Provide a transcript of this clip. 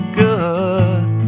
good